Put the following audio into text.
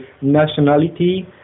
nationality